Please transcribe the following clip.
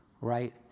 right